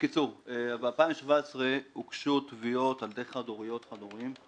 ב-2017 הוגשו תביעות על ידי חד הוריות חד הוריים,